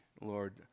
Lord